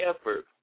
effort